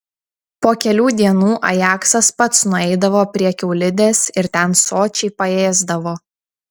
po kelių dienų ajaksas pats nueidavo prie kiaulidės ir ten sočiai paėsdavo